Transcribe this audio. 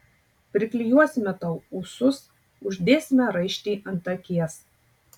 priklijuosime tau ūsus uždėsime raištį ant akies